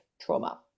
trauma